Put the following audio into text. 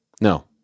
No